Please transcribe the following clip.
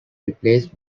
replaced